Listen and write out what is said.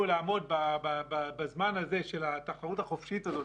לעמוד בזמן הזה של התחרות החופשית הזאת,